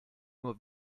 nur